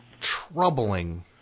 troubling